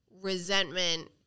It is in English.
resentment